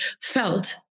felt